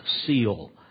seal